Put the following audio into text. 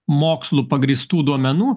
mokslu pagrįstų duomenų